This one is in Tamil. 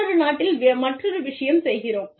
மற்றொரு நாட்டில் மற்றொரு விஷயம் செய்கிறோம்